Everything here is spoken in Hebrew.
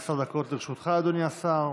עשר דקות לרשותך, אדוני השר.